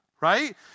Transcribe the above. Right